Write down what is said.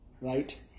right